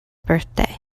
birthday